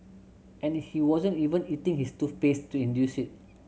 and he wasn't even eating his toothpaste to induce it